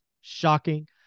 shocking